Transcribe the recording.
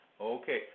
Okay